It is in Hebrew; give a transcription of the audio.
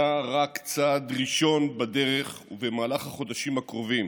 הייתה רק צעד ראשון בדרך, ובמהלך החודשים הקרובים,